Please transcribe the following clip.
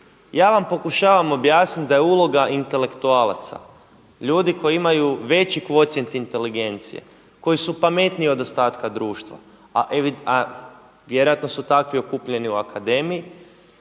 Ja vam pokušavam objasniti da je uloga intelektualaca, ljudi koji imaju veći kvocijent inteligencije, koji su pametniji od ostatka društva, a vjerojatno su takvi okupljeni u akademiji,